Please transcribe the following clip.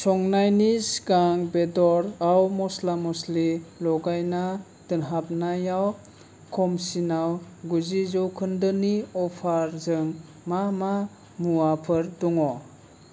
संनायनि सिगां बेदरआव मस्ला मस्लि लगायना दोनहाबनायाव खमसिनाव गुजि जौखोन्दोनि अफारजों मा मा मुवाफोर दङ